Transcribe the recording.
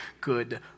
good